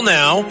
now